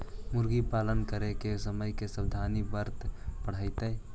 मुर्गी पालन करे के समय का सावधानी वर्तें पड़तई?